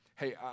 Hey